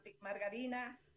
margarina